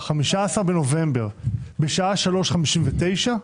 15 בנובמבר בשעה 15:59,